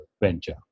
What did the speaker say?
venture